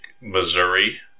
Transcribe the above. Missouri